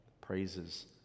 praises